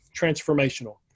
transformational